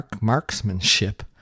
marksmanship